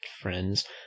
friends